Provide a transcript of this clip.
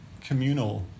communal